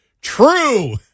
True